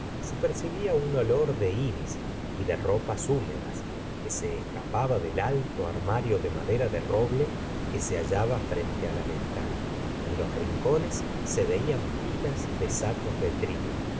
se percibía un olor de iris y de ropas húmedas que se escapaba del alto armario de madera de roble que se hallaba frente á la ventana en los rincones se veían pilas de sacos de trigo